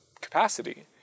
capacity